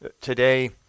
Today